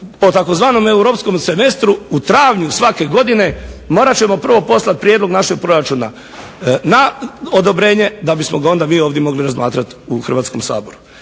po tzv. europskom semestru u travnju svake godine morat ćemo prvo poslati prijedlog našeg proračuna na odobrenje da bismo ga mi ovdje mogli razmatrati ovdje u Hrvatskom saboru.